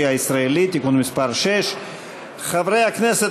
הישראלי (תיקון מס' 6). חברי הכנסת,